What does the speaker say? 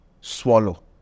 swallow